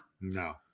No